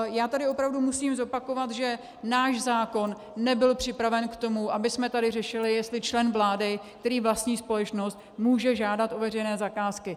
Já tady opravdu musím zopakovat, že náš zákon nebyl připraven k tomu, abychom tu řešili, jestli člen vlády, který vlastní společnost, může žádat o veřejné zakázky.